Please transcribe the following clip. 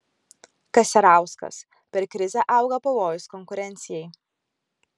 keserauskas per krizę auga pavojus konkurencijai